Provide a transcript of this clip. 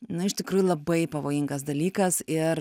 nu iš tikrųjų labai pavojingas dalykas ir